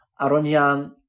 Aronian